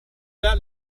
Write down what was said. that